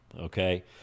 Okay